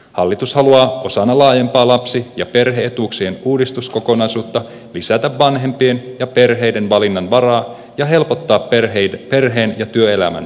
hallitus haluaa osana laajempaa lapsi ja perhe etuuksien uudistuskokonaisuutta lisätä vanhempien ja perheiden valinnanvaraa ja helpottaa perheen ja työelämän yhdistämistä